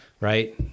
right